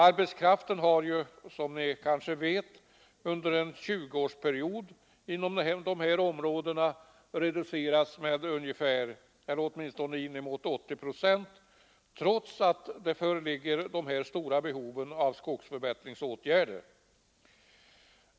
Arbetskraften har där under en tjugoårsperiod reducerats med inemot 80 procent trots dessa stora behov av skogsförbättringsåtgärder.